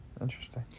interesting